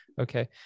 okay